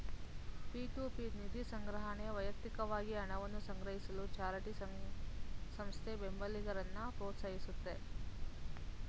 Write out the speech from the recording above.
peer to peer ನಿಧಿಸಂಗ್ರಹಣೆ ವ್ಯಕ್ತಿಕವಾಗಿ ಹಣವನ್ನ ಸಂಗ್ರಹಿಸಲು ಚಾರಿಟಿ ಸಂಸ್ಥೆ ಬೆಂಬಲಿಗರನ್ನ ಪ್ರೋತ್ಸಾಹಿಸುತ್ತೆ